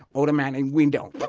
automatic window. but